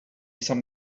some